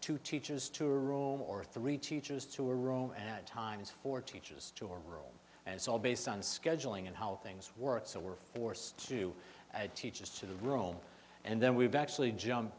two teachers to a room or three teachers to a room at times for teachers to a room and it's all based on scheduling and how things work so we're forced to add teachers to the room and then we've actually jump